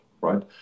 right